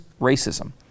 racism